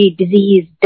disease